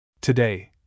Today